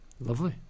Lovely